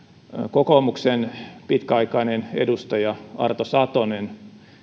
kokoomuksen pitkäaikainen edustaja arto satonen